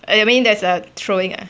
I mean that's a throwing a